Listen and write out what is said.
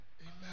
Amen